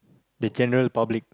the general public